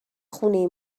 خونه